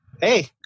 Hey